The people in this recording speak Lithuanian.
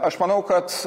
aš manau kad